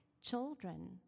Children